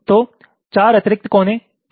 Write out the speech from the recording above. तो 4 अतिरिक्त कोने किस तरह के हैं